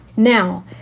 now,